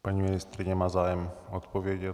Paní ministryně má zájem odpovědět?